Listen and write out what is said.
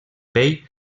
pell